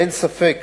אין ספק